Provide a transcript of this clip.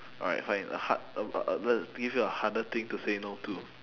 alright fine a hard uh uh I'll just give you a harder thing to say no to